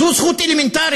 זו זכות אלמנטרית